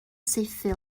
saethu